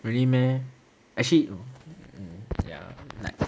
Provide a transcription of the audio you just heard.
really meh actually no mm ya like